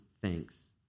thanks